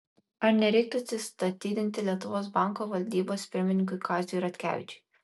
ar nereiktų atsistatydinti lietuvos banko valdybos pirmininkui kaziui ratkevičiui